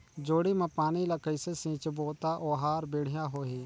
जोणी मा पानी ला कइसे सिंचबो ता ओहार बेडिया होही?